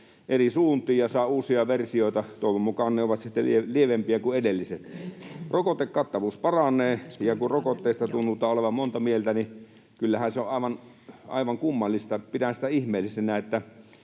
eri suuntiin ja saa uusia versioita — toivon mukaan ne ovat sitten lievempiä kuin edelliset. Rokotekattavuus paranee, ja kun rokotteista tunnutaan olevan monta mieltä, niin kyllähän se on aivan kummallista, pidän sitä ihmeellisenä, että